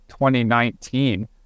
2019